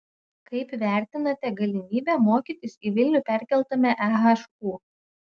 kaip vertinate galimybę mokytis į vilnių perkeltame ehu